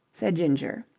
said ginger,